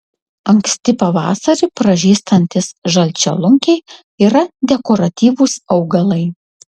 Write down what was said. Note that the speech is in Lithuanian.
anksti pavasarį pražystantys žalčialunkiai yra dekoratyvūs augalai